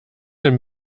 denn